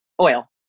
oil